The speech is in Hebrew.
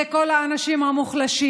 זה כל האנשים המוחלשים: